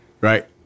Right